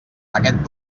aquest